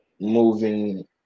moving